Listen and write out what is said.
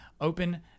open